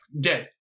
Dead